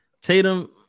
Tatum